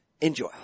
Enjoy